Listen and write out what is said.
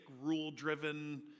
rule-driven